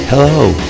Hello